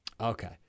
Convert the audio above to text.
Okay